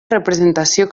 representació